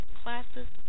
classes